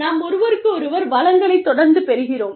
நாம் ஒருவருக்கொருவர் வளங்களைத் தொடர்ந்து பெறுகிறோம்